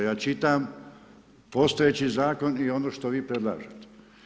Ja čitam postojeći zakon i ono što vi predlažete.